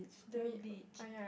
the beach